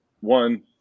One